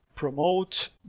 promote